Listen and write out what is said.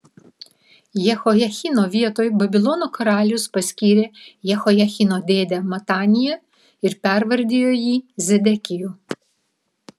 jehojachino vietoj babilono karalius paskyrė jehojachino dėdę mataniją ir pervardijo jį zedekiju